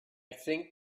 think